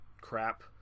crap